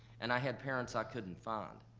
and i had parents i couldn't find.